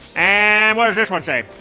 and what does this one say?